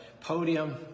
podium